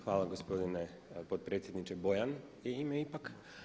Hvala gospodine potpredsjedniče, Bojan mi je ime ipak.